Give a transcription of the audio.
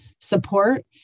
support